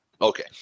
Okay